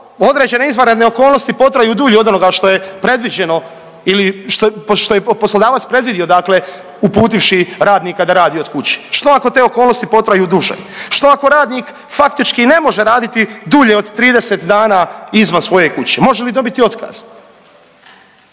određene izvanredne okolnosti potraju dulje od onoga što je predviđeno ili što je poslodavac predvidio, dakle uputivši radnika da radi od kuće. Što ako te okolnosti potraju duže? Što ako radnik faktički ne može raditi dulje od 30 dana izvan svoje kuće? Može li dobiti otkaz?